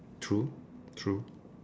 true true